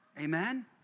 Amen